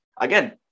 again